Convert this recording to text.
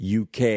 UK